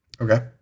Okay